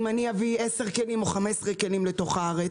אם אני אביא 10 כלים או 15 כלים לתוך הארץ,